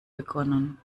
begonnen